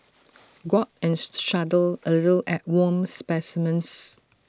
gawk and shudder A little at worm specimens